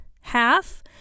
half